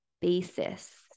basis